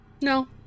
No